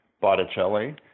Botticelli